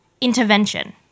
intervention